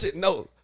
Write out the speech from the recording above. No